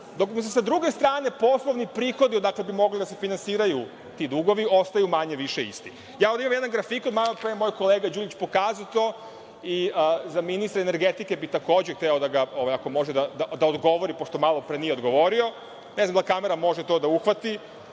dok mu se, s druge strane, poslovni prihodi, odakle bi mogli da se finansiraju ti dugovi, ostaju manje, više isti. Ja ovde imam jedan grafikon. Malopre je kolega Đurić pokazao to i ministra energetike bi takođe zamolio ako može da odgovori, pošto malopre nije odgovorio, ne znam da li kamera može to da uhvati,